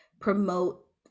promote